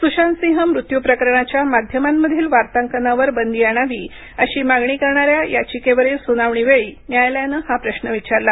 सुशांतसिंह मृत्यू प्रकरणाच्या माध्यमांमधील वार्तांकनावर बंदी आणावी अशी मागणी करणाऱ्या याचिकेवरील सुनावणी वेळी न्यायालयाने हा प्रश्न विचारला